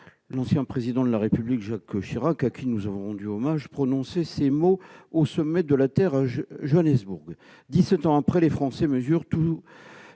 l'ancien Président de la République Jacques Chirac, à qui nous avons rendu hommage, prononçait ces mots au sommet de la Terre à Johannesburg. Dix-sept ans après, les Français mesurent tous